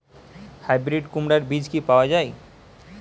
Hybrid কুমড়ার বীজ কি পাওয়া য়ায়?